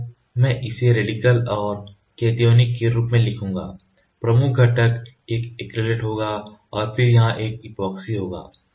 तो मैं इसे रेडिकल और कतिओनिक के रूप में लिखूंगा प्रमुख घटक यह एक्रिलेट होगा और फिर यहां यह ऐपोक्सी होगा